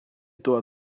tuah